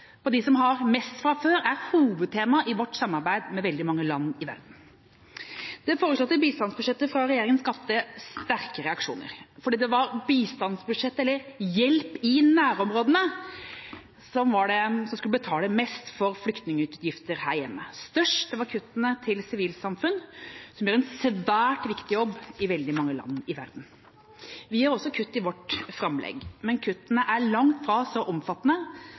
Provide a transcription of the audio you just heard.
som har mest fra før, er hovedtema i vårt samarbeid med veldig mange land i verden. Det foreslåtte bistandsbudsjettet fra regjeringa skapte sterke reaksjoner fordi det var bistandsbudsjettet eller hjelp i nærområdene som skulle betale mest for flyktningutgifter her hjemme. Størst var kuttene til sivilsamfunn, som gjør en svært viktig jobb i veldig mange land i verden. Vi gjør også kutt i vårt framlegg, men kuttene er langt fra så omfattende